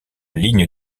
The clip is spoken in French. ligne